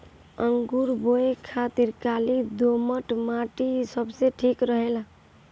अंगूर बोए खातिर काली दोमट माटी सबसे ठीक रहेला